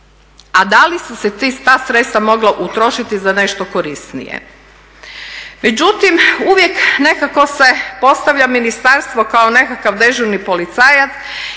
a da li su se ta sredstva mogla utrošiti za nešto korisnije. Međutim, uvijek nekako se postavlja ministarstvo kao nekakav dežurni policajac